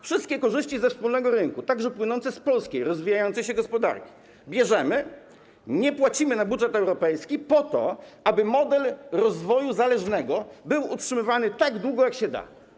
Wszystkie korzyści ze wspólnego rynku, także płynące z polskiej rozwijającej się gospodarki, bierzemy, nie płacimy na budżet europejski po to, aby model rozwoju zależnego był utrzymywany tak długo, jak się da.